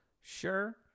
Sure